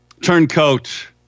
Turncoat